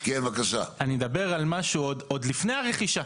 אני אדבר על משהו עוד לפני הרכישה,